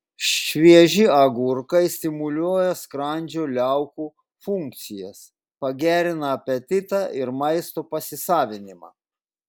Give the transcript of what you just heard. švieži agurkai stimuliuoja skrandžio liaukų funkcijas pagerina apetitą ir maisto pasisavinimą